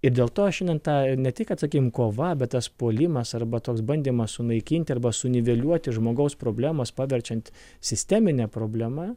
ir dėl to šiandien ta ne tik kad sakykim kova bet tas puolimas arba toks bandymas sunaikinti arba suniveliuoti žmogaus problemas paverčiant sistemine problema